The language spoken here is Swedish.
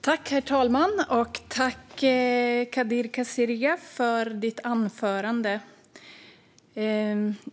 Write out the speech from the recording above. Herr talman! Tack, Kadir Kasirga, för ditt anförande!